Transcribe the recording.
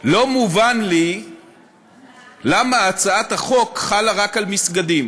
לא מובן לי למה הצעת החוק חלה רק על מסגדים.